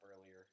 earlier